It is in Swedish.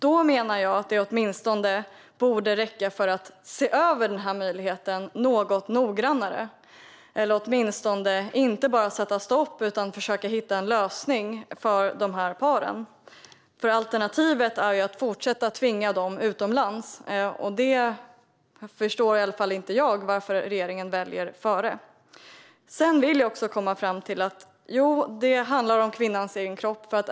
Jag menar att detta borde räcka för att se över denna möjlighet något noggrannare eller åtminstone inte bara sätta stopp utan försöka hitta en lösning för dessa par. Alternativet är att fortsätta att tvinga dem utomlands, och det förstår i alla fall inte jag varför regeringen väljer. Sedan vill jag komma fram till att det handlar om kvinnans egen kropp.